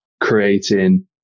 creating